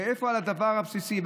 ואיפה הדבר הבסיסי,